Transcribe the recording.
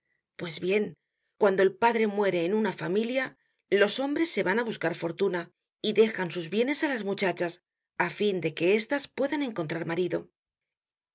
pues bien cuando el padre muere en una familia los hombres se van á buscar fortuna y dejan sus bienes á las muchachas á fin de que estas puedan encontrar marido